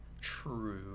True